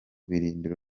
birindiro